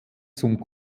zum